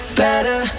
better